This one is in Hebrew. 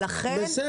בוודאי.